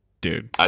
Dude